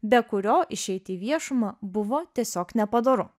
be kurio išeiti į viešumą buvo tiesiog nepadoru